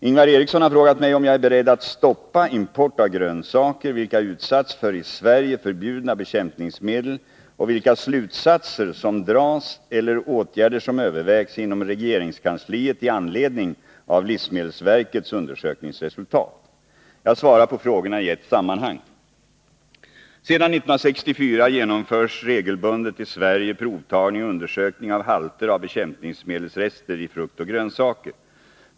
Ingvar Eriksson har frågat mig om jag är beredd att stoppa import av grönsaker, vilka utsatts för i Sverige förbjudna bekämpningsmedel och vilka slutsatser som dras eller åtgärder som övervägs inom regeringskansliet i anledning av livsmedelsverkets undersökningsresultat. Jag svarar på frågorna i ett sammanhang. Sedan 1964 genomförs regelbundet i Sverige provtagning och undersökning av halter av bekämpningsmedelsrester i frukt och grönsaker.